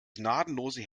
gnadenlose